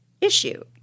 issue